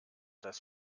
das